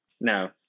No